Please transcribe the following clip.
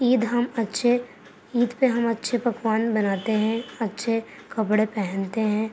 عید ہم اچھے عید پہ ہم اچھے پکوان بناتے ہیں اچھے کپڑے پہنتے ہیں